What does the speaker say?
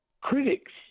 critics